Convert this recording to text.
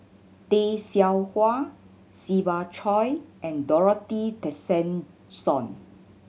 Tay Seow Huah Siva Choy and Dorothy Tessensohn